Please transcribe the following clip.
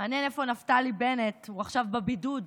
מעניין איפה נפתלי בנט, הוא עכשיו בבידוד,